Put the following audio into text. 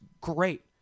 great